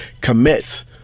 commits